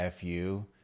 FU